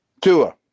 Tua